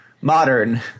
modern